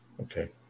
Okay